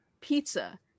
pizza